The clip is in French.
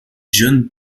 john